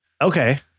Okay